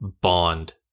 bond